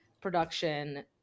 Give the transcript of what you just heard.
production